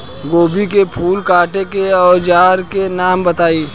गोभी के फूल काटे के औज़ार के नाम बताई?